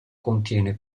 contiene